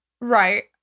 Right